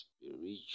spiritual